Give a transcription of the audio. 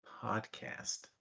podcast